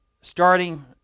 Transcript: starting